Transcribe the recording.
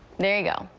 there you go.